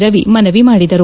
ರವಿ ಮನವಿ ಮಾಡಿದರು